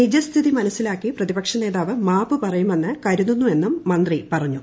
നിജസ്ഥിതി മനസ്സിലാക്കി പ്രതിപക്ഷ നേതാവ് മാപ്പു പറയുമെന്ന് കരുതുന്നുവെന്നും മന്ത്രി പറഞ്ഞു